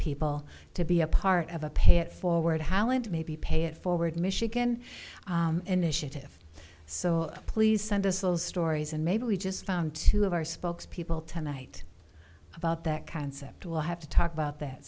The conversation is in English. people to be a part of a pay it forward how and maybe pay it forward michigan initiative so please send us those stories and maybe we just found two of our spokespeople tonight about that concept will have to talk about that